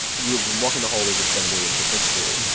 we were walking the hallways with ben williams, the principal.